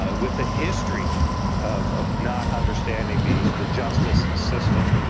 ah with the history of of not understanding the the justice system.